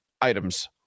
items